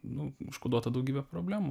nu užkoduotą daugybę problemų